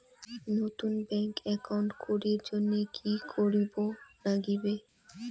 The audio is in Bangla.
নতুন ব্যাংক একাউন্ট করির জন্যে কি করিব নাগিবে?